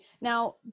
Now